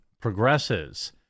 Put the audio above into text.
progresses